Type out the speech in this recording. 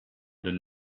d’un